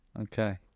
okay